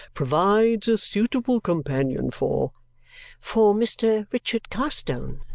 provides a suitable companion for for mr. richard carstone?